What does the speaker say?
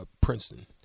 Princeton